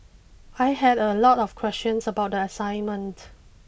I had a lot of questions about the assignment